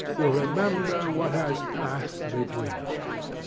you remember what has passed between us!